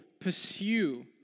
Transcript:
pursue